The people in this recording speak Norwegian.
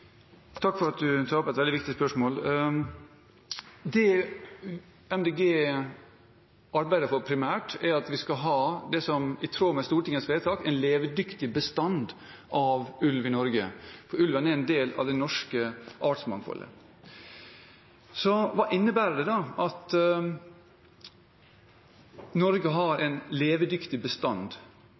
Takk for at du tar opp et veldig viktig spørsmål. Det Miljøpartiet De Grønne arbeider for primært, er at vi – i tråd med Stortingets vedtak – skal ha en levedyktig bestand av ulv i Norge. Ulven er en del av det norske artsmangfoldet. Hva innebærer det at Norge skal ha en levedyktig bestand?